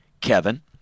Kevin